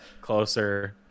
closer